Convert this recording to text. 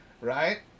right